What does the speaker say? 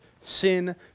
sin